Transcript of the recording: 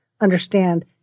understand